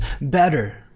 better